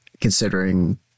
considering